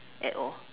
at all